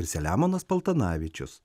ir selemonas paltanavičius